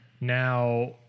Now